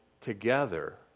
together